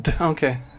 okay